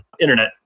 internet